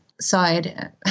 side